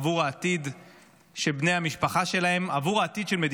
עבור העתיד של בני המשפחה שלהם,